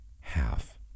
half